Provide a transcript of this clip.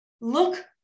Look